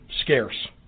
scarce